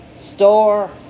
store